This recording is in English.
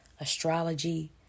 astrology